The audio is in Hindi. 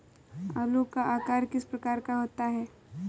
आलू का आकार किस प्रकार का होता है?